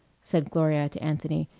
said gloria to anthony,